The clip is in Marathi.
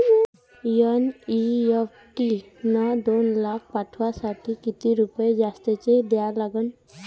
एन.ई.एफ.टी न दोन लाख पाठवासाठी किती रुपये जास्तचे द्या लागन?